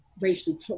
racially